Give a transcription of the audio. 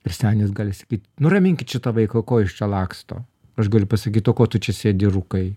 ir senis gali sakyt nuramink šitą vaiką ko jis čia laksto aš galiu pasakyto ko tu čia sėdi ir rūkai